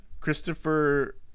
Christopher